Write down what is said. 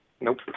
Nope